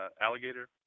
alligator